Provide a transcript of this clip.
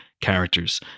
characters